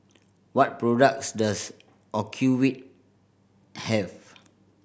what products does Ocuvite have